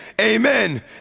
Amen